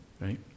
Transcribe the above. Right